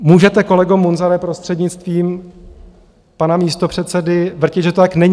Můžete, kolego Munzare, prostřednictvím pana místopředsedy, vrtět, že to tak není.